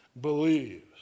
believes